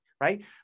right